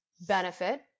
benefit